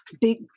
big